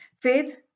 Faith